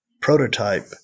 prototype